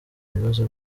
bibazo